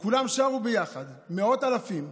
וכולם שרו ביחד, מאות אלפים,